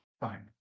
Fine